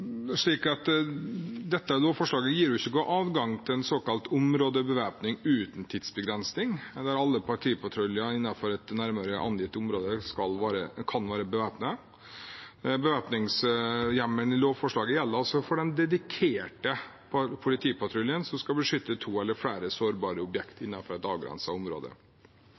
Dette lovforslaget gir ikke noen adgang til en såkalt områdebevæpning uten tidsbegrensning, der alle politipatruljer innenfor et nærmere angitt område kan være bevæpnet. Bevæpningshjemmelen i lovforslaget gjelder altså for den dedikerte politipatruljen som skal beskytte to eller flere sårbare objekter innenfor et avgrenset område.